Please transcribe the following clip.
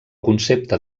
concepte